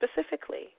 specifically